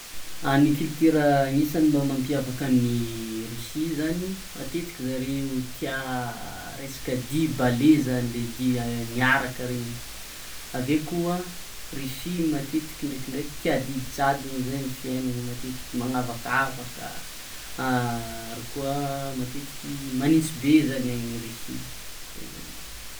Ny kultura agnisan'ny mba mampiavaky ny Rsia zany, matetiky zare tià resaka dihy ballet zany le dihy miaraka regny aveo koa Rusia matetiky ndrekindreky tia didy jadony zay amy fiaignana matetiky mzgnavakava ary koa matetiky magnintsy be zany any Rusia, zay zany.